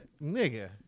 Nigga